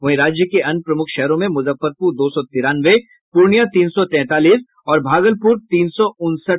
वहीं राज्य के अन्य प्रमुख शहरों में मुजफ्फरपुर दो सौ तिरानवे पूर्णियां तीन सौ तैंतालीस और भागलपुर तीन सौ उनसठवें स्थान पर रहा